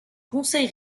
conseil